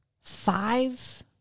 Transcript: five